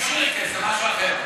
עשיתם "שירקס", זה משהו אחר.